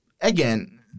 Again